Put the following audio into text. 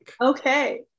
Okay